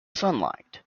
sunlight